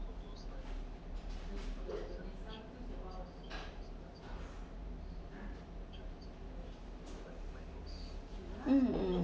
mm mm